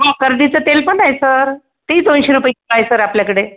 हो करडीचं तेल पण आहे सर तेही दोनशे रुपये किलो आहे सर आपल्याकडे